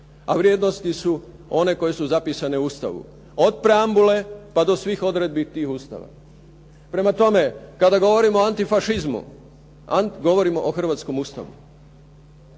A vrijednosti su one koje su zapisane u Ustavu od preambule pa do svih odredbi tih Ustava. Prema tome, kada govorimo o antifašizmu govorimo o hrvatskom Ustavu.